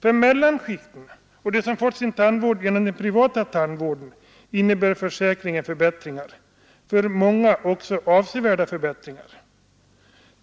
För mellanskikten och för dem som fått sin tandvård genom den privata tandvården innebär försäkringen förbättringar, för många också avsevärda förbättringar.